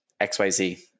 XYZ